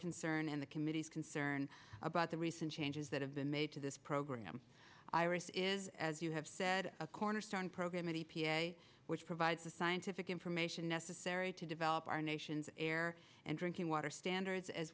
concern and the committee's concern about the recent changes that have been made to this program iris is as you have said a cornerstone program at e p a which provides the scientific information necessary to develop our nation's air and drinking water standards as